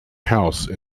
house